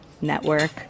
network